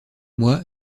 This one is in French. moi